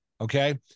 okay